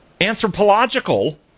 anthropological